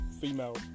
female